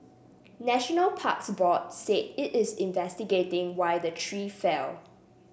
National Parks Board said it is investigating why the tree fell